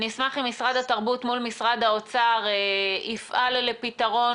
אני אשמח אם משרד התרבות מול משרד האוצר יפעל לפתרון